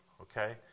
okay